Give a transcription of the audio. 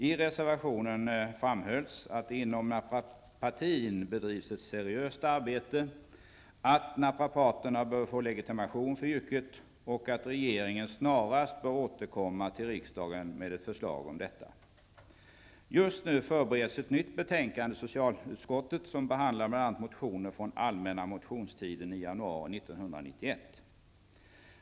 I reservationen framhölls att det bedrivs ett seriöst arbete inom naprapatin, att naprapaterna bör få legitimation för yrket och att regeringen snarast borde återkomma till riksdagen med ett förslag om detta. Just nu förbereds ett nytt betänkande i socialutskottet som behandlar bl.a. motioner från allmänna motionstiden i januari 1991.